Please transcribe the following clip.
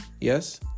Yes